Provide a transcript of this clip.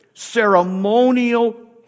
ceremonial